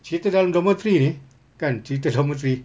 cerita dalam dormitory ni kan cerita dormitory